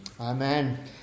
Amen